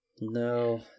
No